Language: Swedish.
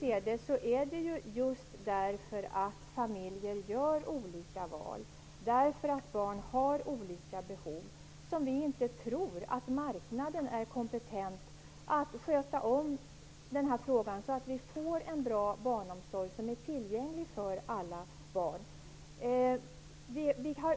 Eftersom familjer gör olika val därför att barn har olika behov, tror vi inte att marknaden är kompetent att sköta den här frågan så att vi får en bra barnomsorg som är tillgänglig för alla barn.